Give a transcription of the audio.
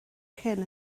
hyn